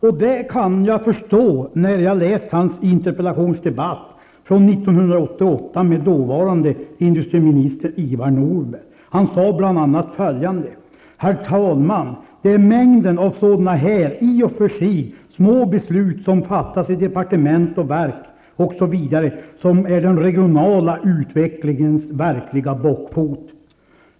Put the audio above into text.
Efter att ha läst hans interpellationsdebatt från 1988 med dåvarande industriminister Ivar Nordberg kan jag förstå att han inte vill svara nu. År 1988 sade Börje Hörnlund bl.a. att ''det är mängden av sådana här i och för sig små beslut som fattas i departement och verk osv. som är den regionala utvecklingens verkliga bockfot.''